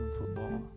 football